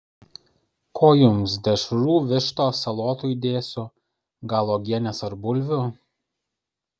ko jums dešrų vištos salotų įdėsiu gal uogienės ar bulvių